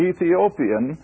Ethiopian